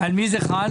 על מי זה חל?